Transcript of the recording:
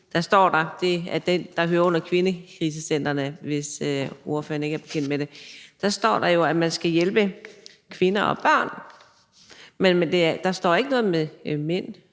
109 står der – og det hører så under kvindekrisecentrene, hvis ordføreren ikke er bekendt med det – at man skal hjælpe kvinder og børn. Men der står ikke noget om mænd.